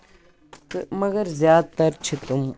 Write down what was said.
تہٕ مَگر زیادٕ تر چھِ أمۍ